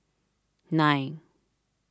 nine